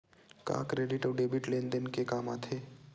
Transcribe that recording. का क्रेडिट अउ डेबिट लेन देन के काम आथे?